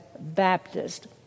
Baptist